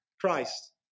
Christ